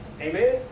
Amen